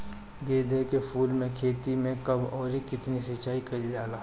गेदे के फूल के खेती मे कब अउर कितनी सिचाई कइल जाला?